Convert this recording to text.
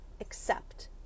accept